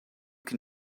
can